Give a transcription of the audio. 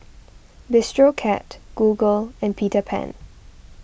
Bistro Cat Google and Peter Pan